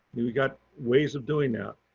we got ways of doing that.